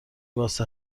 واسه